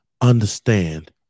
understand